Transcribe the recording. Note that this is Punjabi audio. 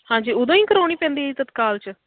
ਹਾਂਜੀ ਉਦੋਂ ਹੀ ਕਰਾਉਣੀ ਪੈਂਦੀ ਹੈ ਜੀ ਤਤਕਾਲ 'ਚ